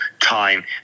time